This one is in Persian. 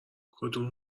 کدوم